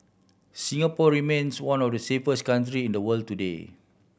Singapore remains one of the safest countries in the world today